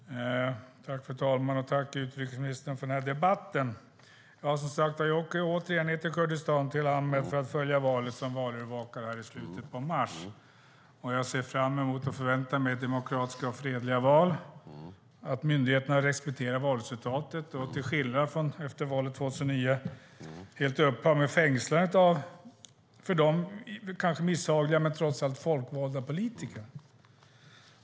Fru talman! Tack för den här debatten, utrikesministern! I slutet av mars åker jag åter ned till Kurdistan, till Amed, för att följa valet som valövervakare. Jag ser fram emot och förväntar mig ett demokratiskt och fredligt val och att myndigheterna respekterar valresultatet och till skillnad från valet 2009 helt upphör med fängslandet av för dem kanske misshagliga men trots allt folkvalda politiker.